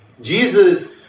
Jesus